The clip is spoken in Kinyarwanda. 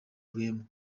rwema